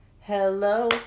hello